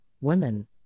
Women